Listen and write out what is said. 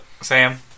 Sam